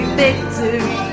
victory